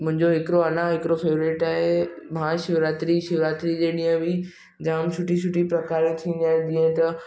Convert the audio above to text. मुंहिंजो हिकिड़ो अञा हिकिड़ो फेवरेट आहे महाशिवरात्री शिवरात्री जे ॾींहुं बि जामु सुठी सुठी प्रकार थींदी आहे जीअं त